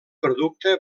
producte